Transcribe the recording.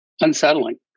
unsettling